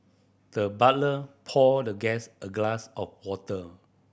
the butler poured the guest a glass of water